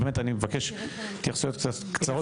אני מבקש התייחסויות קצרות.